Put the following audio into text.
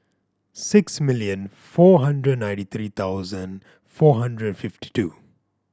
six million four hundred ninety three thousand four hundred fifty two